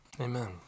Amen